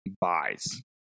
buys